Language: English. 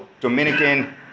Dominican